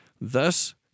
Thus